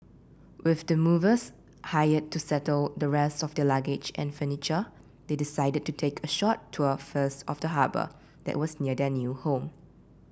with the movers hired to settle the rest of their luggage and furniture they decided to take a short tour first of the harbour that was near their new home